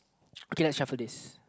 okay lets shuffle this